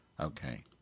Okay